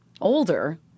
older